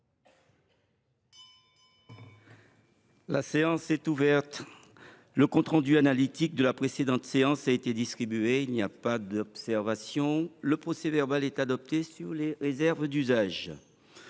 La séance est ouverte. Le compte rendu analytique de la précédente séance a été distribué. Il n’y a pas d’observation ?… Le procès verbal est adopté sous les réserves d’usage.